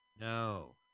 No